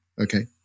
Okay